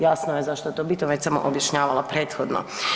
Jasno je zašto je to bitno već sam objašnjavala prethodno.